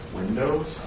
windows